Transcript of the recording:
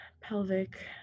pelvic